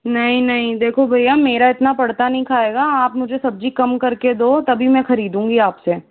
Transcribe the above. नहीं नहीं देखो भैया मेरा इतना पड़ता नहीं खाएगा आप मुझे सब्ज़ी कम करके दो तभी मैं खरीदूँगी आप से